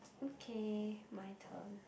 okay my turn